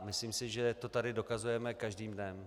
Myslím si, že to tady dokazujeme každým dnem.